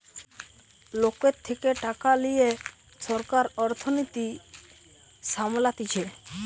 লোকের থেকে টাকা লিয়ে সরকার অর্থনীতি সামলাতিছে